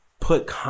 put